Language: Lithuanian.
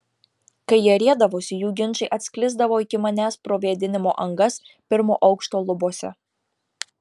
kai jie riedavosi jų ginčai atsklisdavo iki manęs pro vėdinimo angas pirmo aukšto lubose